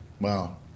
Wow